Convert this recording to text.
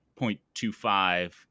0.25